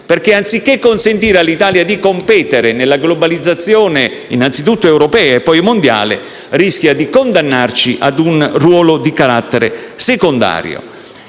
Paese. Anziché consentire all'Italia di competere nella globalizzazione, europea anzitutto e poi mondiale, rischia di condannarci a un ruolo di carattere secondario.